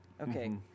Okay